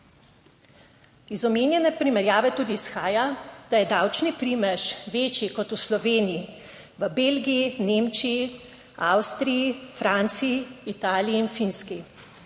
Iz omenjene primerjave tudi izhaja, da je davčni primež večji kot v Sloveniji v Belgiji, Nemčiji, Avstriji, Franciji, Italiji in Finski.